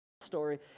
story